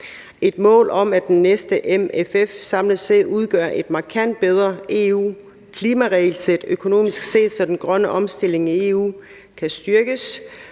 et mål om, at den næste MFF samlet set udgør et markant bedre EU-klimaregelsæt, økonomisk set, så den grønne omstilling i EU kan styrkes;